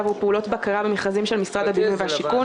עבור פעולות בקרה במכרזים של משרד הבינוי והשיכון,